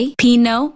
pino